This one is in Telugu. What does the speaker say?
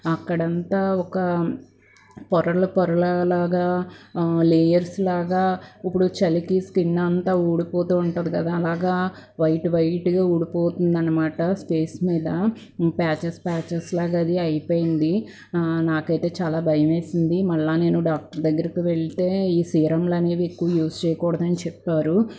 అక్కడ అంతా ఒక పొరలు పొరలాగా లేయర్స్లాగా ఇప్పుడు చలికి స్కిన్ అంతా ఊడిపోతూ ఉంటుంది కదా అలాగా వైట్ వైట్గా ఊడిపోతుందన్నమాట ఫేస్ మీద ప్యాచెస్ ప్యాచెస్లాగా అది అయిపోయింది నాకైతే చాలా భయమేసింది మళ్ళీ నేను డాక్టర్ దగ్గరికి వెళ్తే ఈ సీరంలనేవి ఎక్కువ యూజ్ చేయకూడదని చెప్పారు